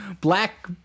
black